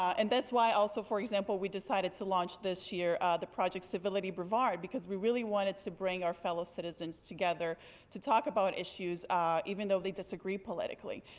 and that's why also, for example, we decided to launch this year the project civility brevard because we really wanted to bring our fellow citizens together to talk about issues even though they disagree politically.